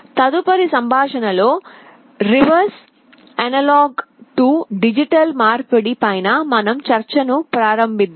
తదుపరి సంభాషణలో reverse analogue to digital మార్పిడి ఫై మన చర్చను ప్రారంభిద్దాము